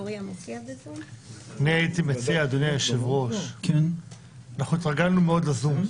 אדוני היושב-ראש, התרגלנו מאוד לזום,